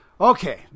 Okay